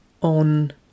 on